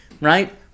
Right